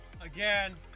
again